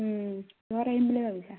কিহত আহিম বুলি ভাবিছা